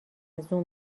زوم